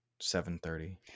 7.30